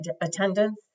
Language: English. attendance